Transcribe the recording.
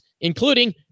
including